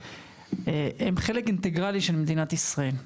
הם חלק אינטגרלי של מדינת ישראל.